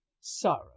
sorrow